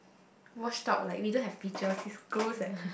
washed out like we don't have features is gross uh